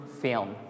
film